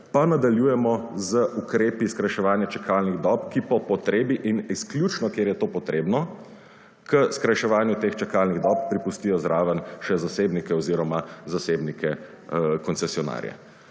pa nadaljujemo z ukrepi skrajševanja čakalnih dob, ki po potrebi in izključno kjer je to potrebno k skrajševanju teh čakalni dob pripustijo zraven še zasebnike oziroma zasebnike koncesionarje.